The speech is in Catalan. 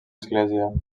església